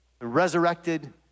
resurrected